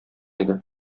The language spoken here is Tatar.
иде